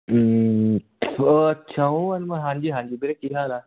ਓ ਅੱਛਾ ਓ ਅਨਮ ਹਾਂਜੀ ਹਾਂਜੀ ਵੀਰੇ ਕੀ ਹਾਲ ਆ